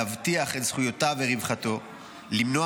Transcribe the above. להבטיח את זכויותיו ורווחתו ולמנוע